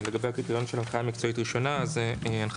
לגבי הקריטריון של ערכאה מקצועית ראשונה: "(1)הנחיה